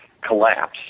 Collapse